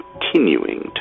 continuing